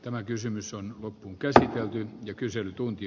tämä kysymys on loppukesä ja kyselytunti